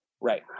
Right